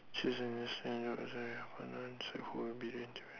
choose